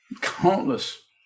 countless